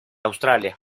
australia